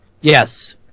Yes